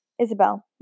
Isabel